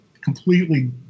completely